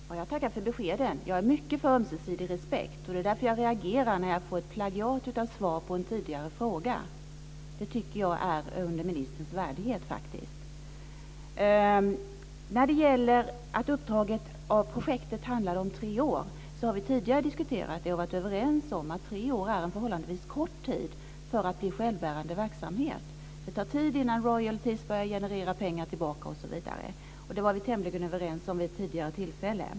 Fru talman! Jag tackar för beskeden. Jag är mycket för ömsesidig respekt, och det är därför som jag reagerar när jag får ett plagiat av ett svar på en tidigare fråga. Jag tycker faktiskt att det är under ministerns värdighet. Vi har tidigare diskuterat att projektuppdraget omfattar tre år och varit överens om att tre år är en förhållandevis kort tid för att kunna generera en självbärande verksamhet. Det tar tid innan ett projekt börjar ge pengar tillbaka. Det var vi tämligen överens om vid ett tidigare tillfälle.